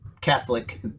Catholic